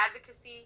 advocacy